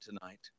tonight